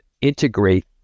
integrate